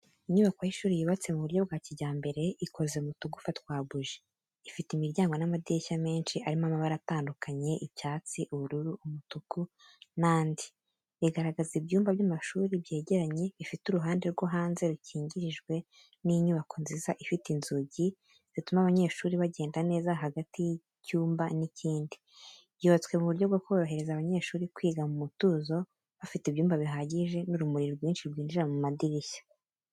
Inyubako y'ishuri yubatswe mu buryo bwa kijyambere, ikoze mu tugufwa twa buji. Ifite imiryango n’amadirishya menshi arimo amabara atandukanye icyatsi, ubururu, umutuku n’andi. Igaragaza ibyumba by’amashuri byegeranye, bifite uruhande rwo hanze rukingirijwe n’inyubako ifite inzuzi zituma abanyeshuri bagenda neza hagati y’icyumba n’ikindi. Yubatswe mu buryo bwo korohereza abanyeshuri kwiga mu mutuzo, bafite ibyumba bihagije n’urumuri rwinshi rwinjira mu madirishya.